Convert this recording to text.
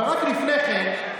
אבל רק לפני כן,